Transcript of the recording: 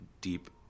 deep